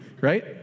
right